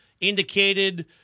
indicated